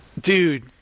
Dude